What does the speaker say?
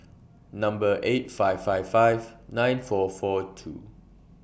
Number eight five five five nine four four two